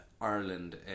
Ireland